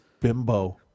bimbo